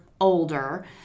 older